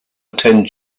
attend